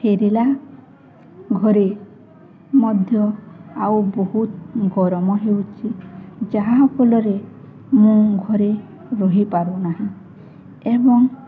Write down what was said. ଫେରିଲା ଘରେ ମଧ୍ୟ ଆଉ ବହୁତ ଗରମ ହେଉଛି ଯାହାଫଳରେ ମୁଁ ଘରେ ରହିପାରୁ ନାହିଁ ଏବଂ